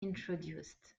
introduced